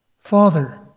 Father